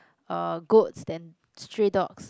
uh goats than stray dogs